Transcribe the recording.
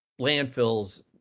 landfills